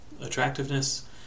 attractiveness